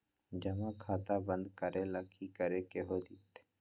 जमा खाता बंद करे ला की करे के होएत?